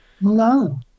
No